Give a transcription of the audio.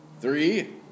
Three